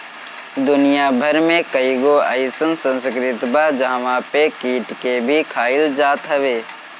दुनिया भर में कईगो अइसन संस्कृति बा जहंवा पे कीट के भी खाइल जात हवे